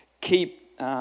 keep